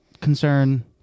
concern